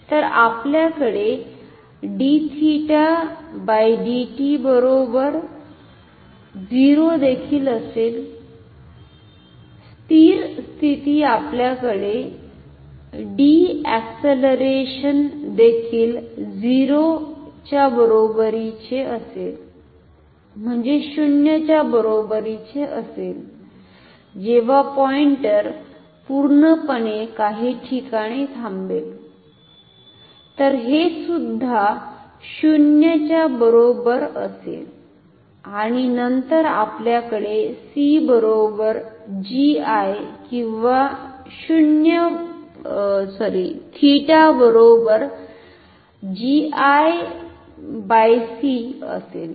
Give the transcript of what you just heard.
तर आपल्याकडे बरोबर 0 देखील असेल स्थिर स्थिती आपल्याकडे d अॅस्सेलरेशन देखील 0 च्या बरोबरीनेही असेल जेव्हा पॉइंटर पूर्णपणे काही ठिकाणी थांबेल तर हे सुद्धा 0 च्या बरोबर असेल आणि नंतर आपल्याकडे c बरोबर GI किंवा 𝜃 बरोबर असेल